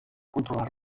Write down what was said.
controlar